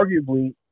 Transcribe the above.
arguably